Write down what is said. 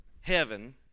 heaven